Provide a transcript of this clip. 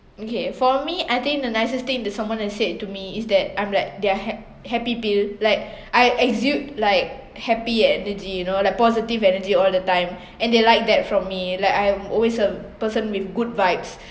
okay for me I think the nicest thing that someone had said to me is that I'm like their hap~ happy pill like I exude like happy energy you know like positive energy all the time and they liked that from me like I‘m always a person with good vibes